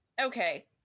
okay